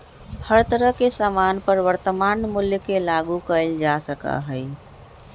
हर तरह के सामान पर वर्तमान मूल्य के लागू कइल जा सका हई